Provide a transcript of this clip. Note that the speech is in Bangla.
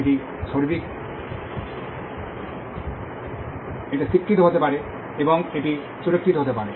এটি স্বীকৃত হতে পারে এবং এটি সুরক্ষিত হতে পারে